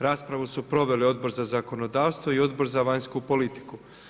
Raspravu su proveli Odbor za zakonodavstvo i Odbor za vanjsku politiku.